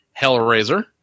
Hellraiser